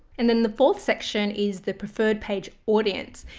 and then the fourth section is the preferred page audience.